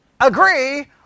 agree